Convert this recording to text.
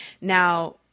Now